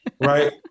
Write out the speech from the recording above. Right